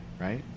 right